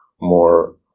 more –